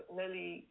nearly